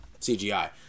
CGI